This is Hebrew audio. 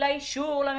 לאישור, לממשלה.